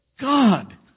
God